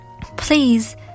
Please